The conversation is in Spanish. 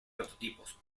prototipos